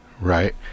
right